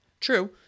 True